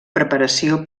preparació